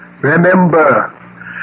remember